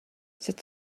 that